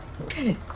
okay